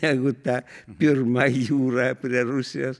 negu ta pirma jūra prie rusijos